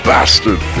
Bastard